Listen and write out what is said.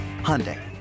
Hyundai